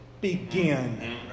begin